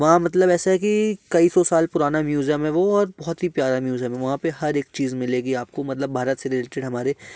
वहाँ मतलब ऐसे की कई सौ साल पुराना म्यूजियम है वो और बहुत ही प्यारा म्यूजिक है वहाँ पर हर एक चीज मिलेगी आपको मतलब भारत से रिलेटेड हमारे